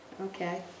Okay